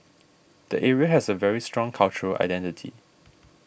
the area has a very strong cultural identity